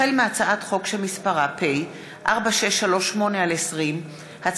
החל בהצעת חוק פ/4638/20 וכלה בהצעת חוק פ/4653/20,